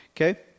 okay